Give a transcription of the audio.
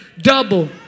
double